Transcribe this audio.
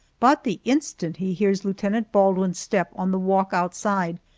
but the instant he hears lieutenant baldwin's step on the walk outside,